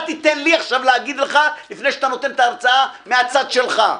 אתה תיתן לי עכשיו להגיד לך לפני שאתה נותן את ההרצאה מהצד שלך.